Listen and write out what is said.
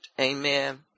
Amen